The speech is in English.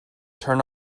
turn